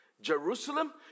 Jerusalem